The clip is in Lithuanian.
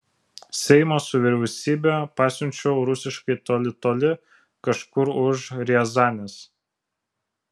seimą su vyriausybe pasiunčiau rusiškai toli toli kažkur už riazanės